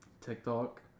TikTok